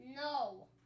no